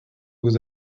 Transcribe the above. vous